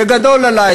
זה גדול עלי,